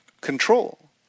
control